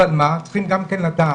אבל מה, צריך גם לדעת